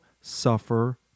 suffer